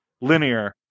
linear